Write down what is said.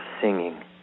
singing